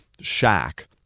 shack